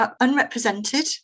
unrepresented